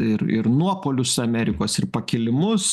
ir ir nuopuolius amerikos ir pakilimus